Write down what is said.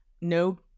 No